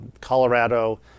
Colorado